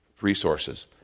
resources